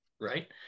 right